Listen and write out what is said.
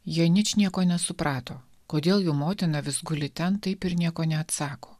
jie ničnieko nesuprato kodėl jų motina vis guli ten taip ir nieko neatsako